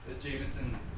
Jameson